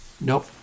Nope